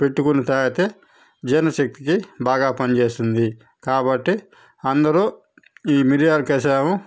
పెట్టుకుని తాగితే జీర్ణ శక్తికి బాగా పనిచేస్తుంది కాబట్టి అందరూ ఈ మిరియాల కషాయం